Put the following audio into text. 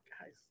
guys